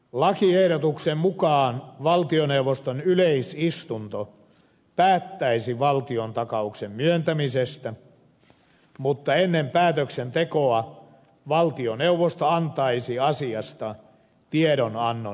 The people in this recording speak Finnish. lakiehdotuksen mukaan valtioneuvoston yleisistunto päättäisi valtiontakauksen myöntämisestä mutta ennen päätöksentekoa valtioneuvosto antaisi asiasta tiedonannon eduskunnalle